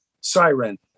siren